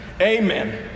amen